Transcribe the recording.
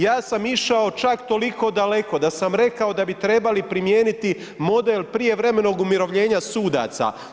Ja sam išao čak toliko daleko da sam rekao da bi trebali primijeniti model prijevremenog umirovljena sudaca.